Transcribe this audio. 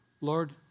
Lord